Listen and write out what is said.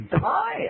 die